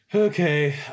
Okay